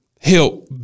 help